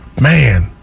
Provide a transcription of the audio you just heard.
Man